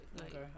Okay